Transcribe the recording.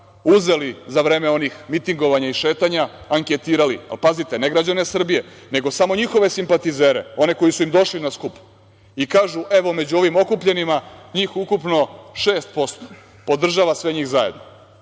Uzeli za vreme onih mitingovanja i šetanja, anketirali, pazite, ne građane Srbije, nego samo njihove simpatizere one koji su im došli na skup. Kažu, evo među ovim okupljenima, njih ukupno 6% podržava sve njih zajedno,